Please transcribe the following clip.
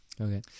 okay